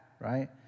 right